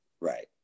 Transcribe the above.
right